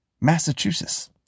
Massachusetts